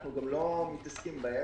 אנחנו גם לא מתעסקים בהם.